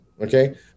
okay